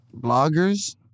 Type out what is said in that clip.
bloggers